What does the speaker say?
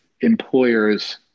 employers